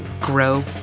grow